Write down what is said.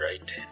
right